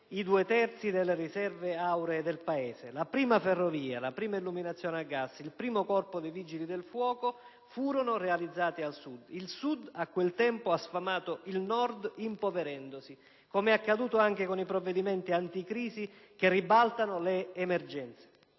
i due terzi delle riserve auree del Paese. La prima ferrovia, la prima illuminazione a gas, il primo corpo dei vigili del fuoco furono realizzati al Sud. Il Sud, a quel tempo, ha sfamato il Nord impoverendosi, come è accaduto anche con i provvedimenti anticrisi che ribaltano le emergenze.